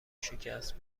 شکست